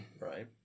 Right